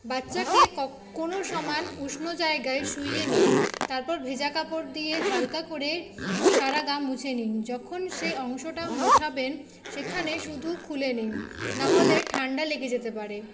বাচ্চাকে কোনো সমান উষ্ণ জায়গায় শুইয়ে নিন তারপর ভেজা কাপড় দিয়ে হালকা করে সারা গা মুছে নিন যখন সে অংশটা মোছাবেন সেখানে শুধু খুলে নিন নাহলে ঠান্ডা লেগে যেতে পারে